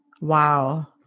wow